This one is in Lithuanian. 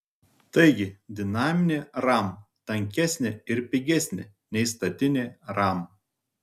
taigi dinaminė ram tankesnė ir pigesnė nei statinė ram